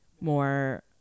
more